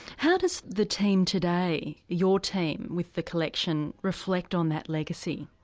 how does the team today, your team with the collection, reflect on that legacy?